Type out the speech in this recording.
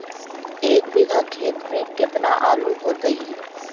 एक बिघा खेत में केतना आलू होतई?